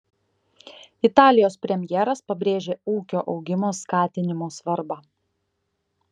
italijos premjeras pabrėžė ūkio augimo skatinimo svarbą